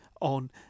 on